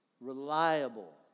reliable